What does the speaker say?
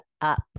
up